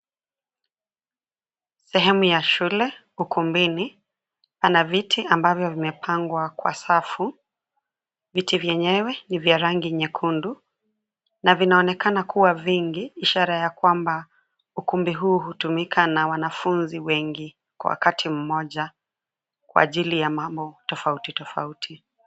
Sehemu ya shule ukumbini, pana viti ambavyo vimepangwa kwa safu, viti vyenyewe, ni vya rangi nyekundu, na vinaonekana kuwa vingi, ishara ya kwamba, ukumbi huu hutumika na wanafunzi wengi, kwa wakati mmoja, kwa ajili ya mambo tofauti tofauti.